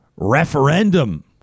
referendum